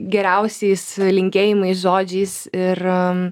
geriausiais linkėjimais žodžiais ir